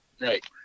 Right